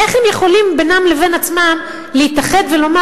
איך הם יכולים בינם לבין עצמם להתאחד ולומר,